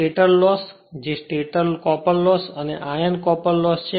stator loss જે stator copper loss અને iron loss છે